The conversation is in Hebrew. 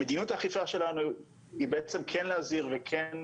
מדיניות האכיפה שלנו היא בעצם כן להזהיר וכן